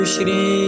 Shri